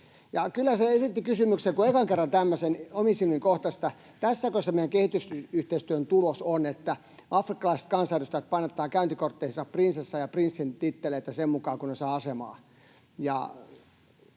kyllä se herätti kysymyksen, kun ekan kerran tämmöisen omin silmin kohtasi, että tässäkö se meidän kehitysyhteistyön tulos on, että afrikkalaiset kansanedustajat painattavat käyntikortteihinsa prinsessan ja prinssin titteleitä sen mukaan kuin saavat asemaa.